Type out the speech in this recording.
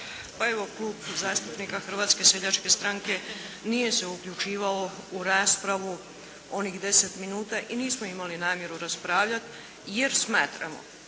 Pa evo Klub zastupnika Hrvatske seljačke stranke nije se uključivao u raspravu onih 10 minuta i nismo imali namjeru raspravljati, jer smatramo